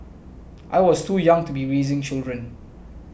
I was too young to be raising children